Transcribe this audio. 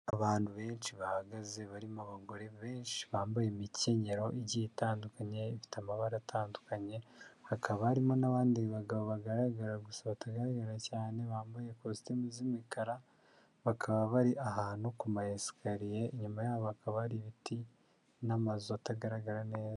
Abantu benshi bahagaze barimo abagore benshi bambaye imikenyero igiye itandukanye, ifite amabara atandukanye, hakaba harimo n'abandi bagabo bagaragara gusa batagaragara cyane bambaye ikositimu z'imikara, bakaba bari ahantu ku ma esikariye, inyuma yabo hakaba hari ibiti n'amazu atagaragara neza.